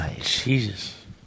Jesus